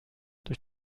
durch